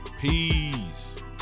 Peace